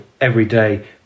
everyday